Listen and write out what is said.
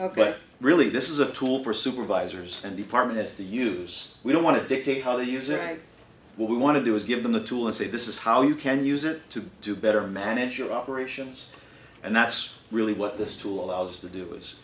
ok really this is a tool for supervisors and departments to use we don't want to dictate how they're using what we want to do is give them a tool and say this is how you can use it to do better manage your operations and that's really what this tool allows us to do is